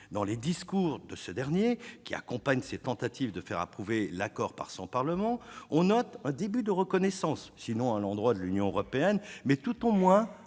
Dans les discours de ce dernier, qui accompagnent ses tentatives de faire approuver l'accord par son parlement, on note un début de reconnaissance, sinon à l'endroit de l'Union européenne, tout au moins